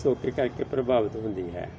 ਸੋਕੇ ਕਰਕੇ ਪ੍ਰਭਾਵਿਤ ਹੁੰਦੀ ਹੈ